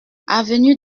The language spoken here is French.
avenue